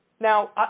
Now